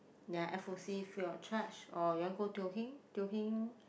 ya f_o_c free of charge or you want go Teo-Heng Teo-Heng